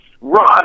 run